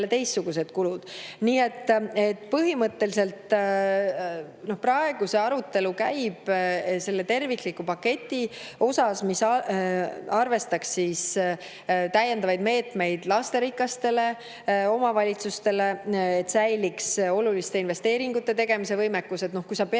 teistsugused kulud. Nii et põhimõtteliselt käib praegu arutelu tervikliku paketi üle, mis arvestaks täiendavaid meetmeid lasterikastele omavalitsustele, et säiliks oluliste investeeringute tegemise võimekus. Kui peab